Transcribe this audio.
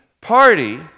party